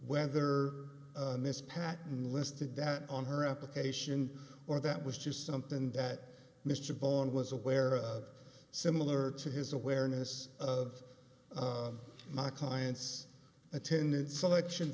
whether this patent listed that on her application or that was just something that mr bowen was aware of similar to his awareness of my client's attendance selection